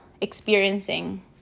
experiencing